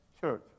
church